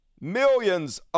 millions